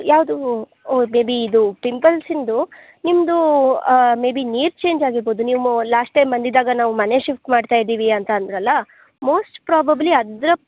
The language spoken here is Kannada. ಯಾವುದು ಓಹ್ ಮೇಬಿ ಇದು ಪಿಂಪಲ್ಸಿಂದು ನಿಮ್ಮದು ಮೇಬಿ ನೀರು ಚೇಂಜ್ ಆಗಿರ್ಬೋದು ನೀವು ಲಾಸ್ಟ್ ಟೈಮ್ ಬಂದಿದ್ದಾಗ ನಾವು ಮನೆ ಶಿಫ್ಟ್ ಮಾಡ್ತಾ ಇದ್ದೀವಿ ಅಂತ ಅಂದ್ರಲ್ವ ಮೋಸ್ಟ್ ಪ್ರಾಬಬ್ಲಿ ಅದರ